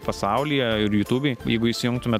pasaulyje ir jutubėj jeigu įsijungtume